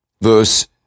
verse